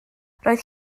roedd